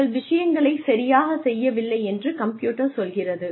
நீங்கள் விஷயங்களை சரியாகச் செய்யவில்லை என்று கம்ப்யூட்டர் சொல்கிறது